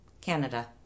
Canada